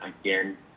Again